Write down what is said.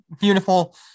beautiful